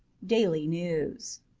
daily news